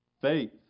Faith